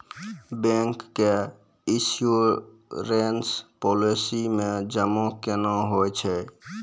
Bank के insurance policy मे जमा केना होय छै?